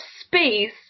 space